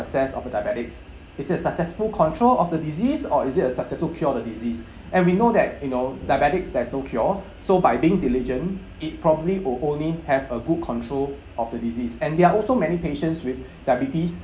success of the diabetics is a successful control of the disease or is it a successful cure the disease and we know that you know diabetics there is no cure so by being diligent it probably would only have a good control of the disease and there are also many patients with diabetes